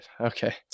Okay